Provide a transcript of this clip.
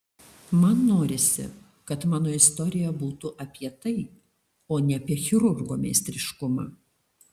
man norisi kad mano istorija būtų apie tai o ne apie chirurgo meistriškumą